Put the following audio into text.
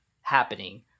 happening